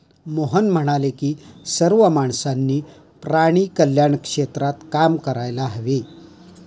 मोहन म्हणाले की सर्व माणसांनी प्राणी कल्याण क्षेत्रात काम करायला हवे